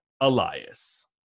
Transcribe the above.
Elias